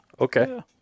Okay